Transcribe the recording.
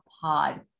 POD